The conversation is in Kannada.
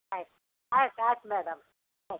ಆಯ್ತು ಆಯ್ತು ಆಯ್ತು ಮೇಡಮ್ ಸರಿ